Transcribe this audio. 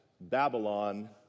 Babylon